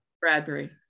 Bradbury